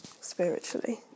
spiritually